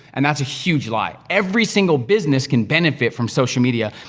and that's a huge lie. every single business can benefit from social media.